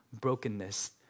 brokenness